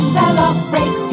celebrate